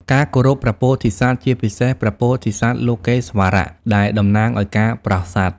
ការគោរព ព្រះពោធិសត្វ ជាពិសេស ព្រះពោធិសត្វលោកេស្វរៈ ដែលតំណាងឱ្យការប្រោសសត្វ។